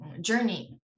journey